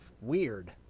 weird